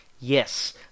Yes